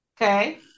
Okay